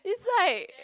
is like